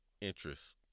interest